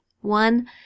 one